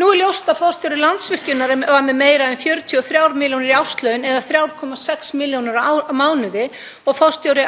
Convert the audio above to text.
Nú er ljóst að forstjóri Landsvirkjunar var með meira en 43 milljónir í árslaun, eða 3,6 millj. kr. á mánuði, og forstjóri